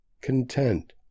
content